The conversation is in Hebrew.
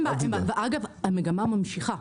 המגמה ממשיכה,